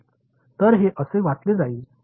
எனவே இப்போது அது எப்படி இருக்கும்